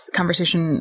conversation